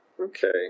Okay